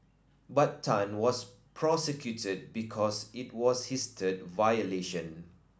but Tan was prosecuted because it was his third violation